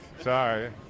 Sorry